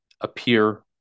appear